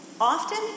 Often